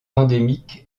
endémique